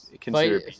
consider